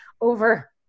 over